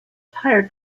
tire